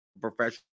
professional